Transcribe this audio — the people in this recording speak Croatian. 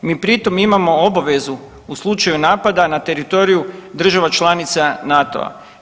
Mi pritom imamo obavezu, u slučaju napada na teritoriju država članica NATO-a.